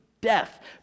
death